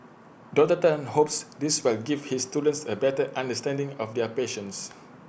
Doctor Tan hopes this will give his students A better understanding of their patients